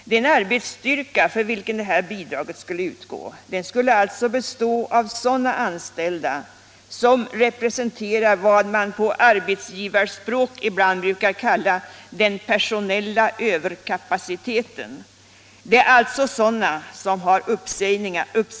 Den arbetsstyrka för vilken detta bidrag skall utgå skulle alltså bestå av sådana anställda som representerar vad Nr 129 man på arbetsgivarspråk ibland kallar den personella överkapaciteten. Torsdagen den Det är alltså sådana som har uppsägning att vänta.